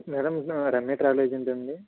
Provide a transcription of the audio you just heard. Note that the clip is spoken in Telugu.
మ్యాడం రమ్య ట్రావెల్ ఏజెన్సీ నా అండి